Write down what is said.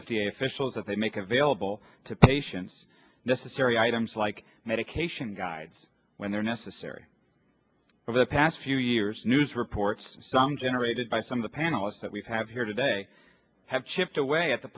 a officials that they make available to patients necessary items like medication guides when they're necessary over the past few years news reports some generated by some of the panelists that we have here today have chipped away at the